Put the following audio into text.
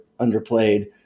underplayed